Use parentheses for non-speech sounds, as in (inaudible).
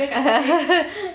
(laughs)